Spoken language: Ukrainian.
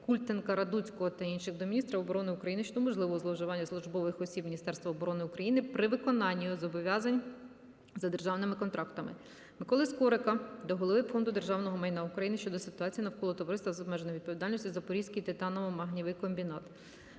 (Культенка, Радуцького та інших) до міністра оборони України щодо можливих зловживань службових осіб Міністерства оборони України при виконанні зобов'язань за державними контрактами. Миколи Скорика до голови Фонду державного майна України щодо ситуації навколо Товариства з обмеженою відповідальністю "Запорізький титано-магнієвий комбінат".